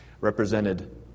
Represented